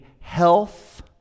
health